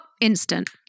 instant